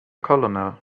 colonel